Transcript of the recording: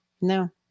No